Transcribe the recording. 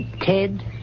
Ted